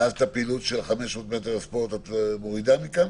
ואז את פעילות הספורט ב-500 מטר את מורידה מכאן?